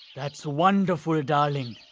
that's wonderful, darling.